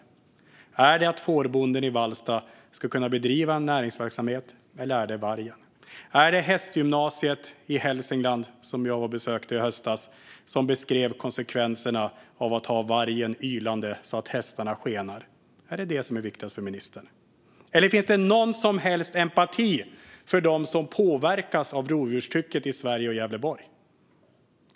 Är det viktigast att fårbonden i Vallsta ska kunna bedriva en näringsverksamhet, eller är det vargen som är viktigast? Är det hästgymnasiet i Hälsingland, som jag besökte i höstas och som beskrev konsekvenserna av att ha vargen ylande så att hästarna skenar? Är det detta som är viktigast för ministern? Finns det någon som helst empati för dem som påverkas av rovdjurstrycket i Sverige och i Gävleborg?